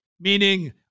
meaning